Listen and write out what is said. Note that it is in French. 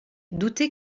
doutait